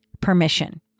permission